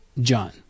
john